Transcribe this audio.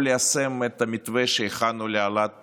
או ליישם את המתווה שהכנו להעלאת